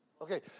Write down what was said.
Okay